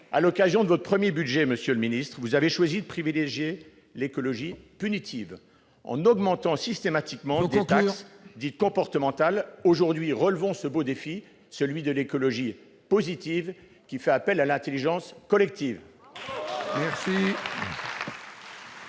À l'occasion de votre premier budget, vous avez choisi de privilégier l'écologie punitive, en augmentant systématiquement les taxes dites « comportementales ». Il faut conclure ! Aujourd'hui, relevons ce beau défi, celui de l'écologie positive, qui fait appel à l'intelligence collective